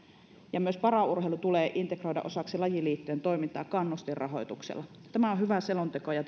ja myös paraurheilu tulee integroida osaksi lajiliittojen toimintaa kannustinrahoituksella tämä on hyvä selonteko ja